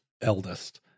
eldest